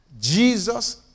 Jesus